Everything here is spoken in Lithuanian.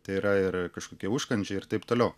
tai yra ir kažkokie užkandžiai ir taip toliau